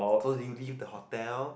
so did you leave the hotel